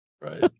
Right